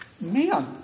man